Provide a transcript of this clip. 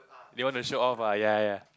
you want to show off ah ya ya